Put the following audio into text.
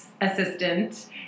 assistant